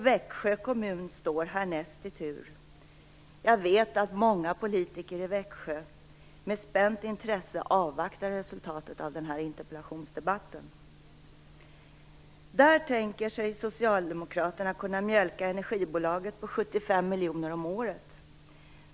Växjö kommun står härnäst i tur, och jag vet att många politiker i Växjö med spänt intresse avvaktar resultatet av denna interpellationsdebatt. Där tänker sig socialdemokraterna kunna mjölka energibolaget på 75 miljoner kronor om året.